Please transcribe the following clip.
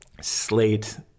slate